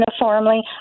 uniformly